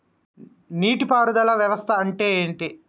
నీటి పారుదల వ్యవస్థ అంటే ఏంటి?